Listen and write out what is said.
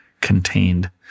contained